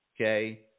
Okay